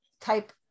Type